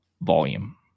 volume